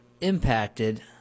impacted